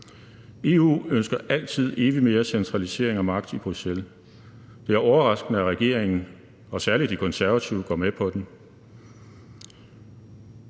EU ønsker altid mere centralisering og magt i Bruxelles. Det er overraskende, at regeringen og særlig De Konservative går med på den.